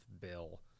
bill